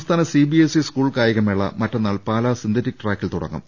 സംസ്ഥാന CBSE school കായികമേള മറ്റന്നാൾ പാലാ സിന്തറ്റിക് ട്രാക്കിൽ തുടങ്ങും